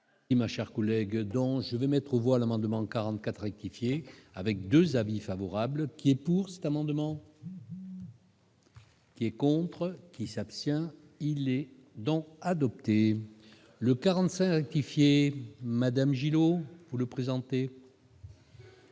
Ma chère collègue dont je vais mettre aux voix l'amendement 44 rectifier avec 2 avis favorables qui est pour cette amendement. Qui est contre qui s'abstient, il est donc adopté le 45 qui et Madame Gillot, vous le présenter.